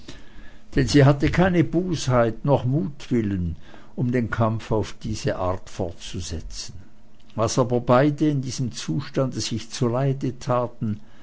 denn sie hatte keine bosheit noch mutwillen um den kampf auf diese weise fortzusetzen was aber beide in diesem zustande sich zuleide taten